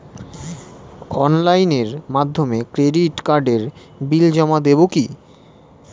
অনলাইনের মাধ্যমে ক্রেডিট কার্ডের বিল জমা দেবো কি?